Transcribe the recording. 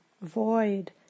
void